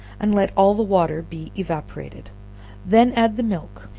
and let all the water be evaporated then add the milk,